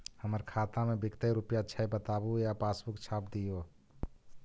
हमर खाता में विकतै रूपया छै बताबू या पासबुक छाप दियो?